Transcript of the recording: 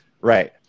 Right